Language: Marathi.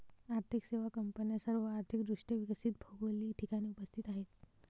आर्थिक सेवा कंपन्या सर्व आर्थिक दृष्ट्या विकसित भौगोलिक ठिकाणी उपस्थित आहेत